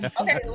Okay